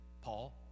Paul